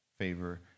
favor